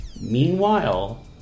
meanwhile